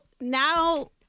now